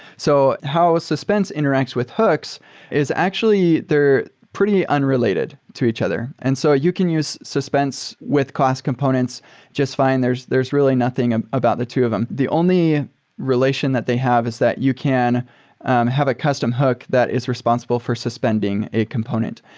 so how suspense interacts with hooks is actually they're pretty unrelated to each other. and so you can use suspense with class components just fine. there's there's really nothing ah about the two of them. the only relation that they have is that you can have a custom hook that is responsible for suspending a component.